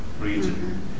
region